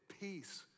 peace